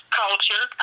culture